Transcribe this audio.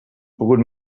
pogut